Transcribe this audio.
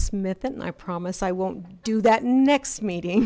smith and i promise i won't do that next meeting